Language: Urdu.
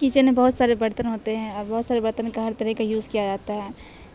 کچن میں بہت سارے برتن ہوتے ہیں اور بہت سارے برتن کا ہر طرح کا یوز کیا جاتا ہے